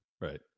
Right